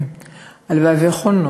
הלוואי שיכולנו.